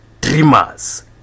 dreamers